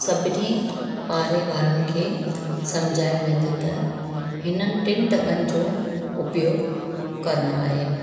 सभिनी पारे वारनि खे सम्झायो वेंदो त हिननि टिनि दॿनि जो उपयोग करिणो आहे